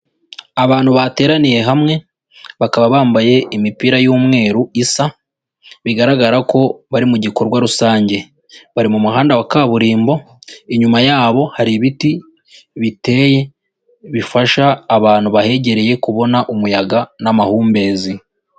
Abantu bateraniye hamwe bakaba bambaye imipira y'umweru isa, bigaragara ko bari mu gikorwa rusange, bari mu muhanda wa kaburimbo, inyuma yabo hari ibiti biteye bifasha abantu bahegereye kubona umuyaga n'amahumbezi.